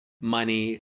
money